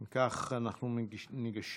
אם כך, אנחנו ניגשים